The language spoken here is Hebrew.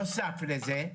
נוסף לזה,